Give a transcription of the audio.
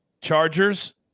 Chargers